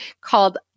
called